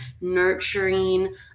nurturing